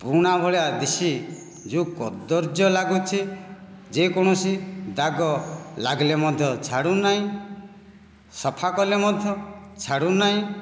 ପୁରୁଣା ଭଳିଆ ଦିଶି ଯେଉଁ କଦର୍ଯ୍ୟ ଲାଗୁଛି ଯେ କୌଣସି ଦାଗ ଲାଗିଲେ ମଧ୍ୟ ଛାଡ଼ୁନାହିଁ ସଫା କଲେ ମଧ୍ୟ ଛାଡ଼ୁନାହିଁ